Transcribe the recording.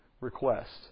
request